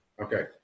Okay